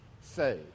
say